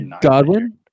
Godwin